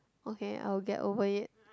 okay I'll get over it